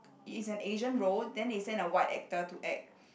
is an Asian role then they send a white actor to act